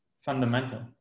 fundamental